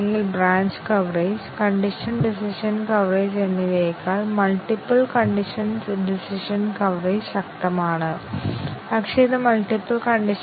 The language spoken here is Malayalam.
ഒന്നിലധികം കണ്ടീഷൻ കവറേജ് കണ്ടീഷൻ കവറേജും ഡിസിഷൻ കവറേജും കണ്ടീഷൻ ഡിസിഷൻ കവറേജും ഉറപ്പാക്കുന്നു